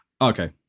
Okay